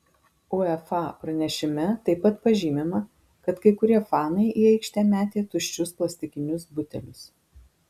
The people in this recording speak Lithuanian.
uefa pranešime taip pat pažymima kad kai kurie fanai į aikštę metė tuščius plastikinius butelius